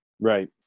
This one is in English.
Right